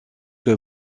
que